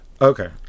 Okay